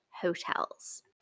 hotels